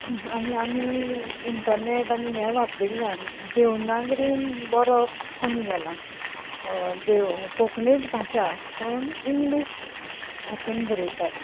आनी आमी इंटर्नेट आनी हें वापरिल्ल्यान देवनागरीन बरोवप कमी जालां देव कोंकणीच भाशा पुणून इंग्लीश हातून बरयतात